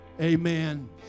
Amen